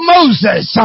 Moses